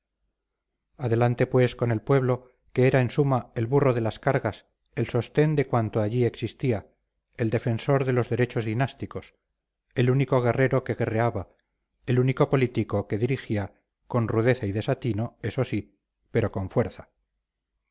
adelante pues con el pueblo que era en suma el burro de las cargas el sostén de cuanto allí existía el defensor de los derechos dinásticos el único guerrero que guerreaba el único político que dirigía con rudeza y desatino eso sí pero con fuerza